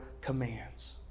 commands